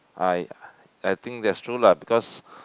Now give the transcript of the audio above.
I I think that's true lah because